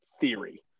theory